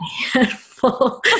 handful